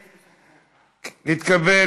נתקבל,